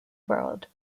world